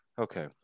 Okay